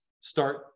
start